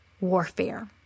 warfare